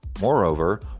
Moreover